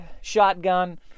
shotgun